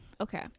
okay